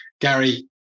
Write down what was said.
Gary